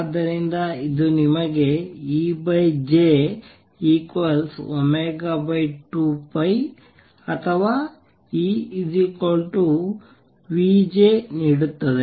ಆದ್ದರಿಂದ ಇದು ನಿಮಗೆ EJ2π ಅಥವಾ E νJ ನೀಡುತ್ತದೆ